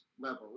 level